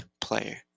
player